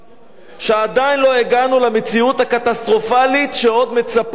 שעדיין לא הגענו למציאות הקטסטרופלית שעוד מצפה לנו,